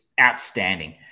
outstanding